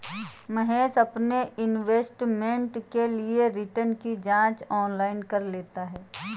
महेश अपने इन्वेस्टमेंट के लिए रिटर्न की जांच ऑनलाइन कर लेता है